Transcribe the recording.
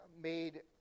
made